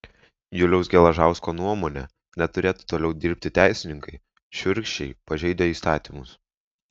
juliaus geležausko nuomone neturėtų toliau dirbti teisininkai šiurkščiai pažeidę įstatymus